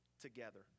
together